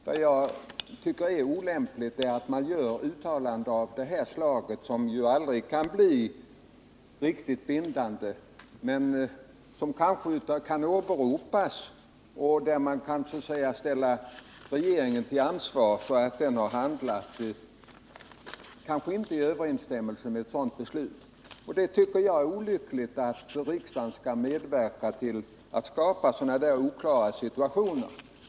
Jag tycker att det är olämpligt att göra uttalanden av det här slaget, som ju aldrig kan bli riktigt bindande men som kanske kan åberopas som grund för att ställa regeringen till ansvar för att den har handlat på ett sätt som inte står i överensstämmelse med ett kommunalt beslut. Jag tycker det är olyckligt att riksdagen medverkar till att skapa sådana oklara situationer.